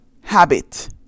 habit